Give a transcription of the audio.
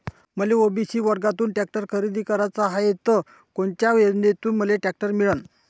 मले ओ.बी.सी वर्गातून टॅक्टर खरेदी कराचा हाये त कोनच्या योजनेतून मले टॅक्टर मिळन?